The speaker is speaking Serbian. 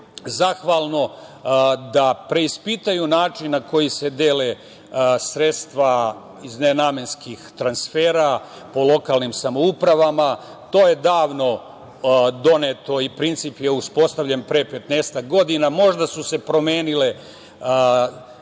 zahvalno da preispitaju način na koji se dele sredstva iz nenamenskih transfera po lokalnim samoupravama. To je davno doneto i princip je uspostavljen pre petnaestak godina. Možda su se promenile prilike